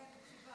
אני מקשיבה.